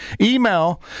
email